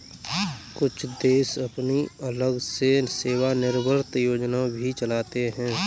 कुछ देश अपनी अलग से सेवानिवृत्त योजना भी चलाते हैं